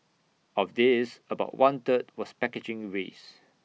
of this about one third was packaging waste